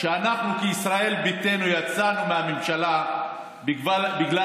שאנחנו כישראל ביתנו יצאנו מהממשלה בגלל